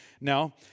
now